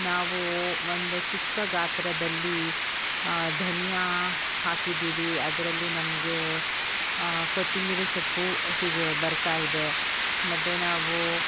ನಾವು ಒಂದು ಚಿಕ್ಕ ಗಾತ್ರದಲ್ಲಿ ಧನಿಯಾ ಹಾಕಿದ್ದೀರಿ ಅದರಲ್ಲಿ ನಮಗೆ ಕೊತ್ತಿಂಬರಿ ಸೊಪ್ಪು ಸಿಗು ಬರುತ್ತಾಯಿದೆ ಮತ್ತು ನಾವು